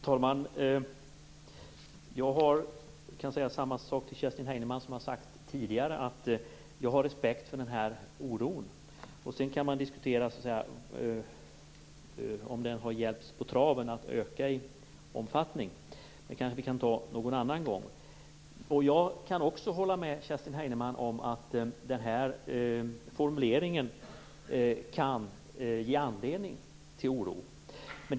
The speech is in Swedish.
Herr talman! Jag kan säga samma sak till Kerstin Heinemann som jag har sagt tidigare: Jag har respekt för oron. Sedan kan man diskutera om den har spätts på ytterligare. Det kan vi kanske göra en annan gång. Jag kan också hålla med Kerstin Heinemann om att formuleringen kan ge anledning till oro.